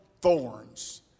thorns